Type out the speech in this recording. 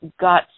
got